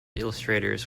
illustrators